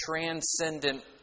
transcendent